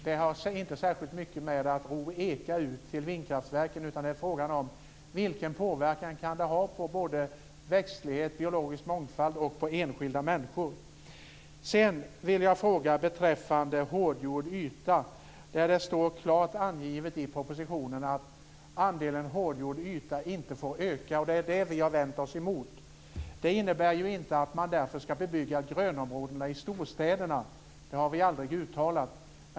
Det har inte särskilt mycket att göra med att ro i eka ut till vindkraftverken, utan det är frågan om vilken påverkan det kan ha för växtlighet, biologisk mångfald och enskilda människor. Sedan har jag en fråga beträffande hårdgjord yta. Det står klart angivet i propositionen att andelen hårdgjord yta inte får öka. Det har vi vänt oss emot. Det innebär inte att man därför ska bebygga grönområdena i storstäderna. Det har vi aldrig uttalat.